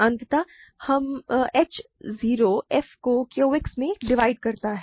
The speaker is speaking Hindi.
अत h 0 f को Q X में डिवाइड करता है